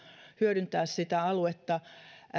hyödyntää sitä aluetta